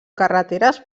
carreteres